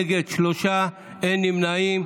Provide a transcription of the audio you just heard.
נגד, שלושה, אין נמנעים.